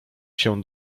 się